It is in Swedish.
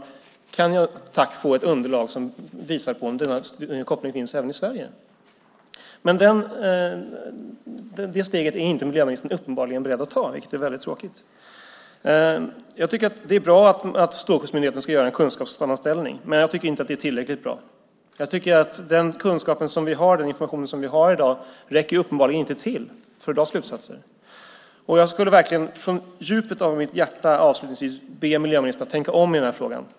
Ministern skulle kunna säga: Kan jag få ett underlag som visar om denna koppling finns även i Sverige, tack? Men det steget är uppenbarligen miljöministern inte beredd att ta, vilket är väldigt tråkigt. Det är bra att Strålsäkerhetsmyndigheten ska göra en kunskapssammanställning. Men jag tycker inte att det är tillräckligt bra. Den kunskap och information som vi har i dag räcker uppenbarligen inte till för att dra slutsatser. Jag skulle avslutningsvis verkligen från djupet av mitt hjärta vilja be miljöministern att tänka om i frågan.